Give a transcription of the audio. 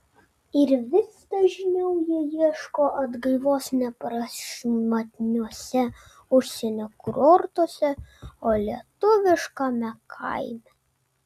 ir vis dažniau jie ieško atgaivos ne prašmatniuose užsienio kurortuose o lietuviškame kaime